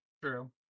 True